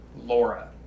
Laura